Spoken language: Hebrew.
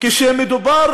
כשמדובר